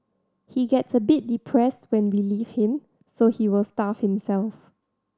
he gets a bit depressed when we leave him so he will starve himself